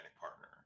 partner